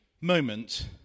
moment